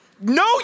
No